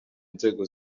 nzego